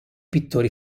pittori